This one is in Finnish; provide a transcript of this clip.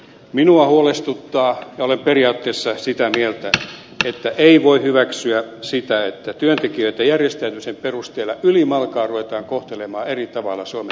minua huolestuttaa ja olen periaatteessa sitä mieltä että ei voi hyväksyä sitä että työntekijöitä järjestäytymisen perusteella ylimalkaan ruvetaan kohtelemaan eri tavalla suomen työmarkkinoilla